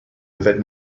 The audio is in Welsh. yfed